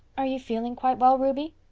are you feeling quite well, ruby?